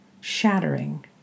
shattering